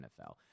NFL